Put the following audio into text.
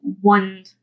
one